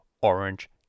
Orange